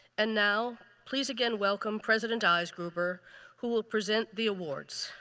and now, please again welcome president eisgruber who will present the awards.